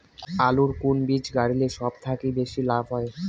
আলুর কুন বীজ গারিলে সব থাকি বেশি লাভ হবে?